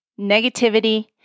Negativity